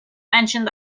mentioned